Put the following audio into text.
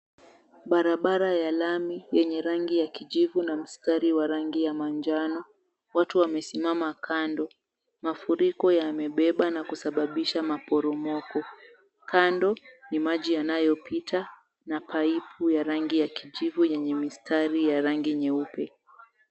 Barabara yenye rangi ya kijivu na mstari ya rangi ya manjano, watu wamesimama kando. Mafuriko yamebeba na kusababisha maporomoko. Kando ni maji yanayopita na paipu yenye mistari ya rangi nyeupe.